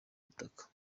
butaka